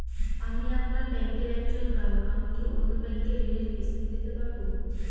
আমি আপনার ব্যাঙ্কের একজন গ্রাহক আমি কি অন্য ব্যাঙ্কে ঋণের কিস্তি দিতে পারবো?